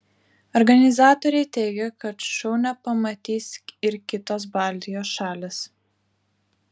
organizatoriai teigia kad šou nepamatys ir kitos baltijos šalys